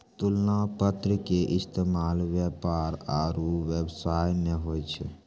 तुलना पत्र के इस्तेमाल व्यापार आरु व्यवसाय मे होय छै